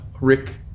Rick